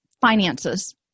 finances